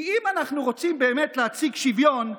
כי אם אנחנו רוצים באמת להציג שוויון,